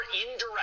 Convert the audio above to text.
indirect